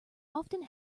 often